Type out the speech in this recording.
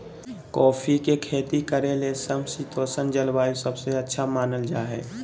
coffee के खेती करे ले समशितोष्ण जलवायु सबसे अच्छा मानल जा हई